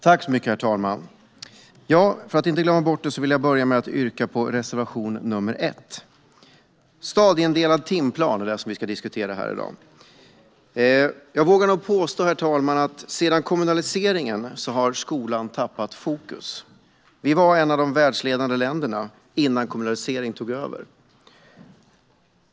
Herr talman! För att inte glömma bort det vill jag börja med att yrka bifall till reservation 1. Vi ska i dag diskutera stadieindelad timplan. Sedan kommunaliseringen har skolan tappat fokus. Vi var ett av de världsledande länderna innan kommunaliseringen tog över.